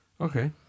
Okay